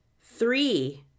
Three